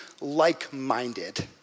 like-minded